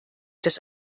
dass